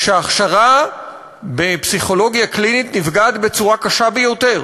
שההכשרה בפסיכולוגיה קלינית נפגעת בצורה קשה ביותר,